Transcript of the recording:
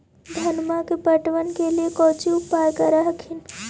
धनमा के पटबन के लिये कौची उपाय कर हखिन?